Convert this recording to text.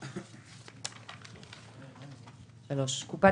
הגשת דוח ותשלום לפקיד השומה 3. (א) קופת